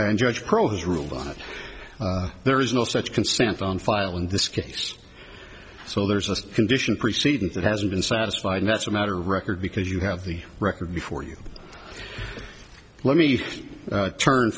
and judge pro has ruled on it there is no such consent on file in this case so there's a condition preceding that hasn't been satisfied that's a matter of record because you have the record before you let me turn